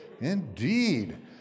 Indeed